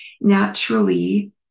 Naturally